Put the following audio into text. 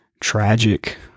tragic